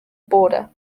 border